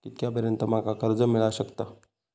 कितक्या पर्यंत माका कर्ज मिला शकता?